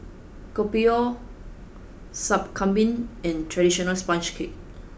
Kopi O sup Kambing and traditional sponge cake